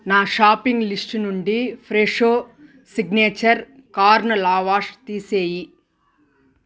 నా shopping list నుండి Fresho signature కార్నిలా వాష్ తీసేయి